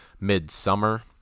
Midsummer